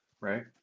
Right